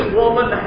woman